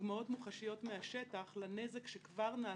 דוגמאות מוחשיות מהשטח לנזק שכבר נעשה,